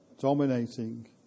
dominating